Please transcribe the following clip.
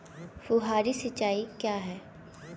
फुहारी सिंचाई क्या है?